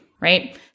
right